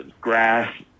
Grass